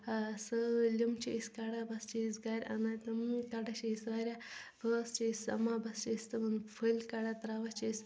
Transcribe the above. ٲں سٲلِم چھِ أسۍ کڑان بس چھِ أسۍ گھرٕ انان تِم کڑان چھِ أسۍ واریاہ بٲژ چھِ أسۍ سمان بس چھِ أسۍ تِمن پھٔلۍ کڑان تراوان چھِ أسۍ